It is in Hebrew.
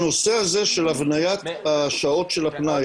הנושא הזה של הבניית השעות של הפנאי,